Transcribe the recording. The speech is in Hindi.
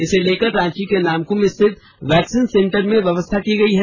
इसे लेकर रांची के नामकुम स्थित वैक्सीन सेंटर में व्यवस्था की गई है